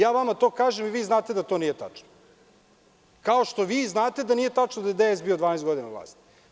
Ja vama to kažem i vi znate da to nije tačno, kao što i vi znate da nije tačno da je DS bio 12 godina na vlasti.